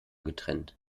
getrennt